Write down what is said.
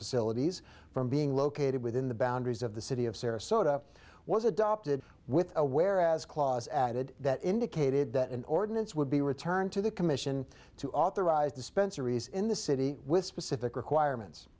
facilities from being located within the boundaries of the city of sarasota was adopted with aware as clause added that indicated that an ordinance would be returned to the commission to authorize dispensary is in the city with specific requirements